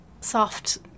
soft